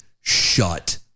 shut